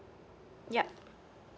yup